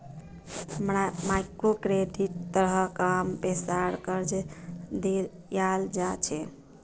मइक्रोक्रेडिटेर तहत कम पैसार कर्ज दियाल जा छे